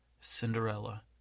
Cinderella